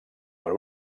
per